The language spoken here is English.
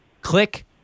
Click